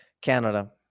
Canada